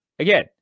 Again